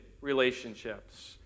relationships